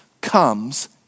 comes